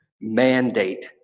mandate